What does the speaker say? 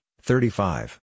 thirty-five